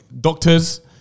Doctors